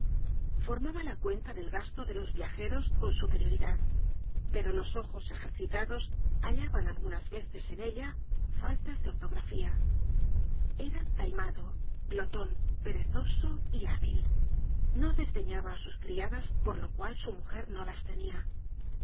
formaba la cuenta del gasto de los viajeros con superioridad pero los ojos ejercitados hallaban algunas veces en ella faltas de ortografía era taimado gloton perezoso y hábil no desdeñaba á sus criadas por lo cual su mujer no las tenia